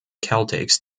celtics